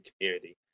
community